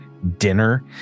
dinner